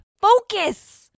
Focus